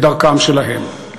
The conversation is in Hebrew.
בדרכם שלהם.